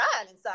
inside